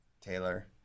Taylor